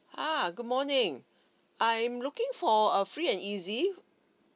ah good morning I'm looking for a free and easy